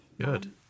Good